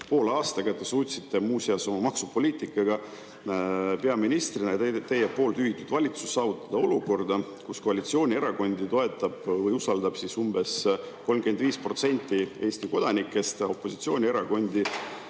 poole aastaga te suutsite muuseas oma maksupoliitikaga, teie peaministrina ja teie juhitud valitsus suutsite saavutada olukorra, kus koalitsioonierakondi toetab või usaldab umbes 35% Eesti kodanikest, opositsioonierakondi